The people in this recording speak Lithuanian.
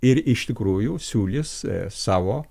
ir iš tikrųjų siūlys savo